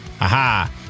Aha